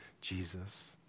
Jesus